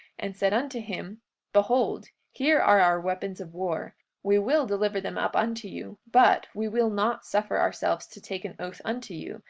and said unto him behold, here are our weapons of war we will deliver them up unto you, but we will not suffer ourselves to take an oath unto you,